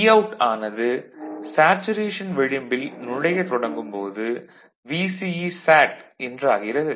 Vout ஆனது saturation விளிம்பில் நுழையத் தொடங்கும் போது VCE என்றாகிறது